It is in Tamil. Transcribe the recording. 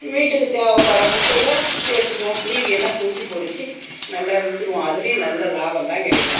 வீட்டுக்கு தேவைப்படுற முட்டையை எடுத்துக்குவோம் மீதியெல்லாம் குஞ்சு பொறிச்சு நல்லா விற்றுருவோம் அதுலையும் நல்ல லாபம் தான் கிடைக்கும்